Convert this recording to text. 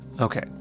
okay